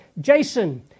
Jason